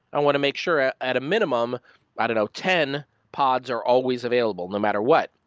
i want to make sure at a minimum i don't know. ten pods are always available no matter what.